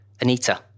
Anita